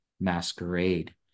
masquerade